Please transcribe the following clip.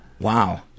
Wow